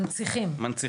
מנציחים.